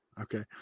Okay